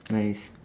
nice